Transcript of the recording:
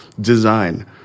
design